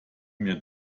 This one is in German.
mir